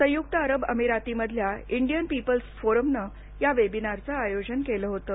संयुक्त अरब अमिरातीमधल्या इंडियन पीपल्स फोरमनं या वेबिनारचं आयोजन केलं होतं